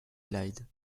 clyde